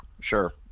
Sure